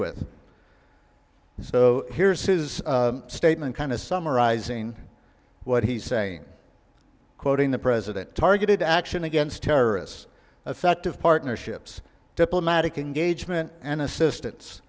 with so here's his statement kind of summarizing what he's saying quoting the president targeted action against terrorists effective partnerships diplomatic engagement and assistance